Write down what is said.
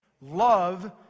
Love